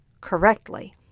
correctly